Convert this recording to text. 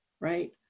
right